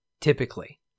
typically